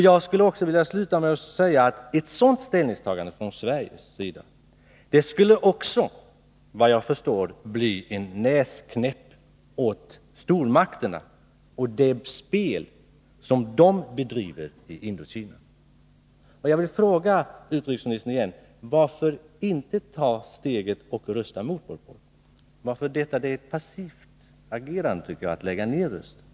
Jag skulle vilja sluta med att säga att ett sådant ställningstagande från Sveriges sida också, såvitt jag förstår, skulle bli en näsknäpp för stormakterna i det spel som dessa bedriver i Indokina. Jag vill fråga utrikesministern återigen: Varför inte ta steget och rösta mot Pol Pot? Det är enligt min mening ett passivt agerande när man lägger ned sin röst.